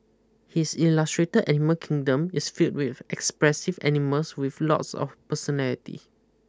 his illustrate animal kingdom is filled with expressive animals with lots of personality